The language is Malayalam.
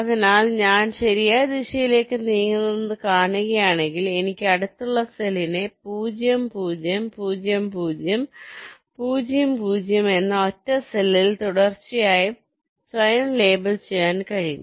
അതിനാൽ ഞാൻ ശരിയായ ദിശയിലേക്ക് നീങ്ങുന്നത് കാണുകയാണെങ്കിൽ എനിക്ക് അടുത്തുള്ള സെല്ലിനെ 0 0 0 0 0 0 എന്ന ഒറ്റ സെല്ലിൽ തുടർച്ചയായി സ്വയം ലേബൽ ചെയ്യാൻ കഴിയും